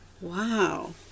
Wow